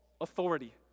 authority